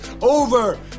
over